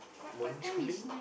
morning schooling